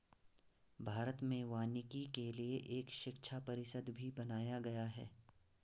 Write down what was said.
भारत में वानिकी के लिए एक शिक्षा परिषद भी बनाया गया है